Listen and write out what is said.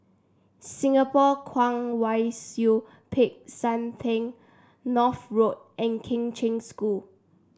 Singapore Kwong Wai Siew Peck San Theng North Road and Kheng Cheng School